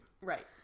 Right